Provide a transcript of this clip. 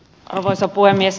arvoisa puhemies